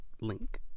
link